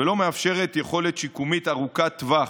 ולא מאפשרת יכולת שיקומית ארוכת טווח,